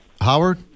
Howard